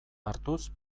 hartuz